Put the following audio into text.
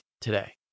today